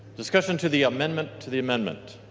discussion to the amendment to the amendment?